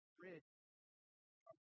bridge